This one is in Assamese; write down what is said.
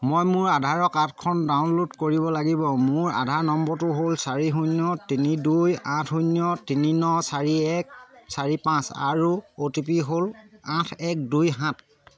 মই মোৰ আধাৰ কাৰ্ডখন ডাউনল'ড কৰিব লাগিব মোৰ আধাৰ নম্বৰটো হ'ল চাৰি শূন্য তিনি দুই আঠ শূন্য তিনি ন চাৰি এক চাৰি পাঁচ আৰু অ' টি পি হ'ল আঠ এক দুই সাত